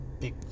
big